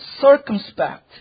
circumspect